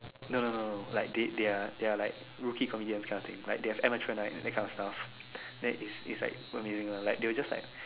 no no no no like they they are they are like rookie comedians kind of thing like they have amateur night that kind of stuff then is is like super amazing ah like they will just like